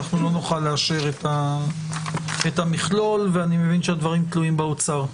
לא נוכל לאשר את המכלול ואני מבין שהדברים בין השאר תלויים באוצר.